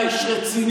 אתה איש רציני,